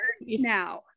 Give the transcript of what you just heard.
now